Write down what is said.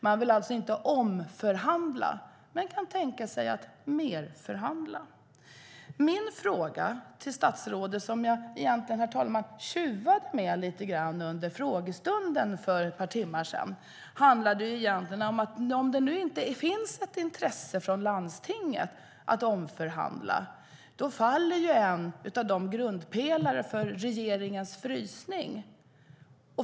Man vill alltså inte omförhandla men kan tänka sig att merförhandla. Min fråga till statsrådet, som jag egentligen, herr talman, tjuvstartade lite grann med under frågestunden för ett par timmar sedan, handlade egentligen om detta: Om det nu inte finns ett intresse från landstinget av att omförhandla faller en grundpelare för regeringens frysning.